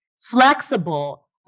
flexible